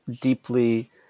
deeply